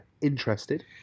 interested